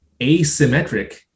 asymmetric